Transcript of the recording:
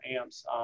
amps